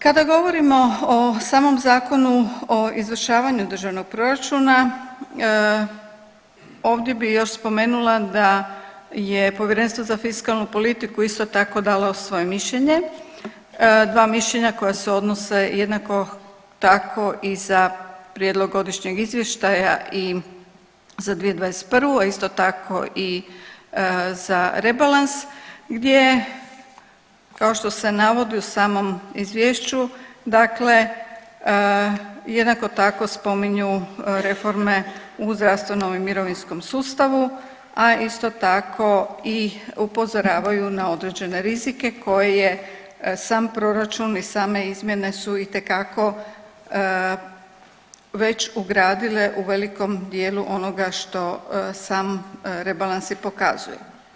Kada govorimo o samom Zakonu o izvršavanju državnog proračuna ovdje bih još spomenula da je Povjerenstvo za fiskalnu politiku isto tako dalo svoje mišljenje, dva mišljenja koja se odnose jednako tako i za prijedlog godišnjeg izvještaja i za 2021., a isto tako i za rebalans gdje kao što se navodi u samom izvješću dakle jednako tako spominju reforme u zdravstvenom i mirovinskom sustavu, a isto tako i upozoravaju na određene rizike koje sam proračun i same izmjene su itekako već ugradile u velikom dijelu onoga što sam rebalans i pokazuje.